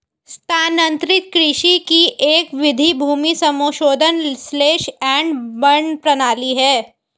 स्थानांतरित कृषि की एक विधि भूमि समाशोधन स्लैश एंड बर्न प्रणाली है